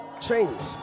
Change